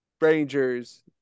Rangers